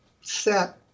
set